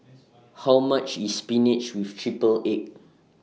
How much IS Spinach with Triple Egg